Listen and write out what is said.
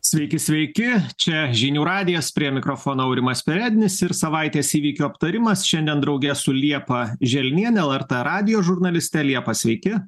sveiki sveiki čia žinių radijas prie mikrofono aurimas perednis ir savaitės įvykių aptarimas šiandien drauge su liepa želnienė lrt radijo žurnaliste liepa sveiki